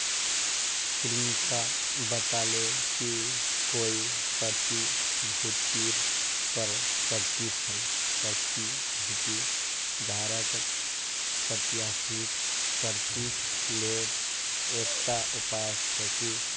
प्रियंका बताले कि कोई प्रतिभूतिर पर प्रतिफल प्रतिभूति धारकक प्रत्याशित प्रतिफलेर एकता उपाय छिके